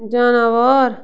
جاناوار